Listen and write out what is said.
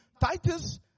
Titus